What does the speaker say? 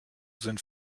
sind